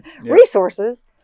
resources